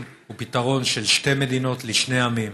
הוא פתרון של שתי מדינות לשני עמים.